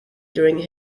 during